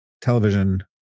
television